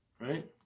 right